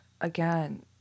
Again